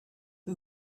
who